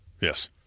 Yes